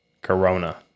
Corona